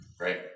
right